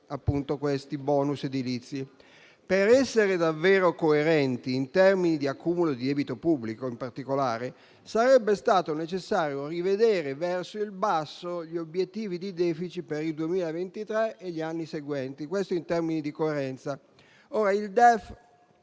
di riclassificarli. Per essere davvero coerenti in termini di accumulo di debito pubblico, in particolare, sarebbe stato necessario rivedere verso il basso gli obiettivi di *deficit* per il 2023 e gli anni seguenti (questo, in termini di coerenza).